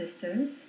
sisters